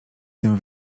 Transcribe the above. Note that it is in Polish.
tym